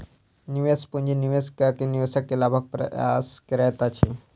निवेश पूंजी निवेश कअ के निवेशक लाभक प्रयास करैत अछि